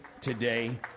today